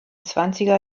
zwanziger